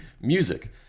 music